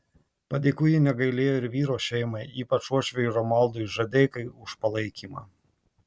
padėkų ji negailėjo ir vyro šeimai ypač uošviui romualdui žadeikai už palaikymą